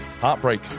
Heartbreak